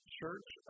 church